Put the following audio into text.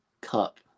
Cup